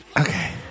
Okay